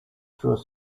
through